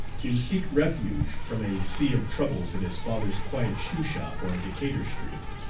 to seek refuge from a sea of troubles in his father's quiet shop on decatur street.